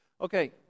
Okay